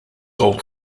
goal